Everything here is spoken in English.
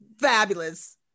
fabulous